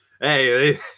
Hey